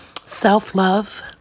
self-love